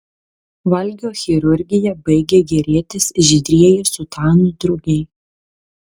valgio chirurgija baigė gėrėtis žydrieji sutanų drugiai